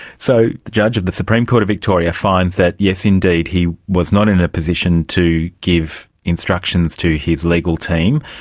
so the judge of the supreme court of victoria finds that, yes indeed, he was not in a position to give instructions to his legal team.